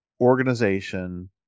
organization